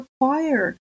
require